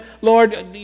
Lord